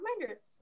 reminders